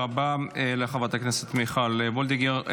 תודה רבה לחברת הכנסת מיכל וולדיגר.